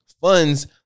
funds